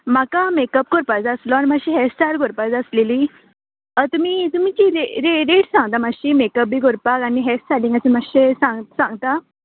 म्हाका मेकप करपा जाय आसलो आनी माश्शी हॅस्टायल करपा जाय आसलेली तुमी तुमिची रे रे रेट सांगता माश्शी मेकप बी करपाक आनी हॅस्टायलिंगाचे माश्शे सांग सांगता